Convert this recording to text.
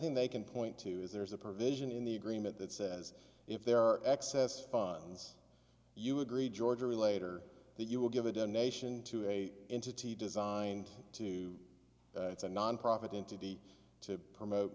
thing they can point to is there is a provision in the agreement that says if there are excess funds you agreed george or later that you will give a donation to a entity designed to it's a nonprofit entity to promote